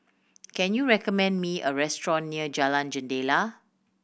can you recommend me a restaurant near Jalan Jendela